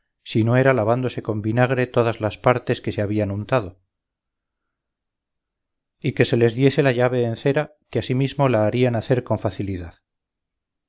si no era lavándose con vinagre todas las partes que se habían untado y que se les diese la llave en cera que asimismo la harían hacer con facilidad